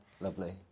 Lovely